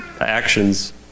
actions